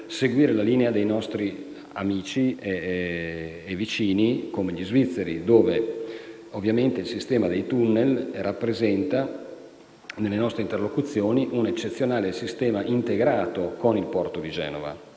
seguire la linea dei nostri amici e vicini, come gli svizzeri, per i quali il sistema dei tunnel rappresenta nelle nostre interlocuzioni un eccezionale sistema integrato con il porto di Genova.